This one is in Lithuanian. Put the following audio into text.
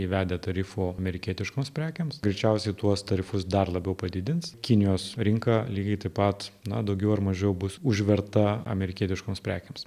įvedę tarifo amerikietiškoms prekėms greičiausiai tuos tarifus dar labiau padidins kinijos rinka lygiai taip pat na daugiau ar mažiau bus užverta amerikietiškoms prekėms